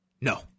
No